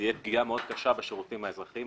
בין היתר תהיה פגיעה מאוד קשה בשירותים האזרחיים,